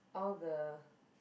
all the